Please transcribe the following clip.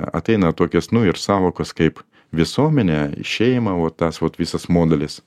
ateina tokios nu ir sąvokos kaip visuomenė į šeimą vot tas vot visas modelis